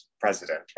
president